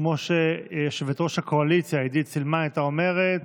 כמו שיושבת-ראש הקואליציה עידית סילמן הייתה אומרת,